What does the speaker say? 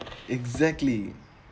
exactly